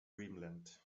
dreamland